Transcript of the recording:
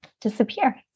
disappear